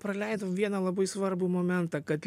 praleidom vieną labai svarbų momentą kad